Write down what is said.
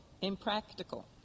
impractical